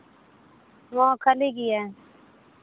ᱱᱚᱣᱟ ᱦᱚᱸ ᱠᱷᱟᱹᱞᱤ ᱜᱮᱭᱟ